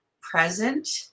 present